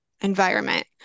environment